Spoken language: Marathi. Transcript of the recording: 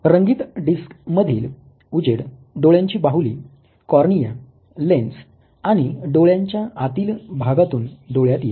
रंगीत डिस्क मधील उजेड डोळ्याची बाहुली कॉर्निया लेन्स आणि डोळ्याच्या आतील भागातून डोळ्यात येईल